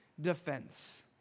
defense